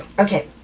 Okay